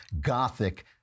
Gothic